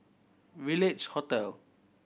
Village Hotel